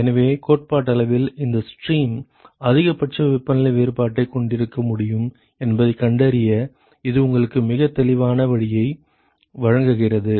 எனவே கோட்பாட்டளவில் எந்த ஸ்ட்ரீம் அதிகபட்ச வெப்பநிலை வேறுபாட்டைக் கொண்டிருக்க முடியும் என்பதைக் கண்டறிய இது உங்களுக்கு மிகத் தெளிவான வழியை வழங்குகிறது